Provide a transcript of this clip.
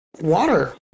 water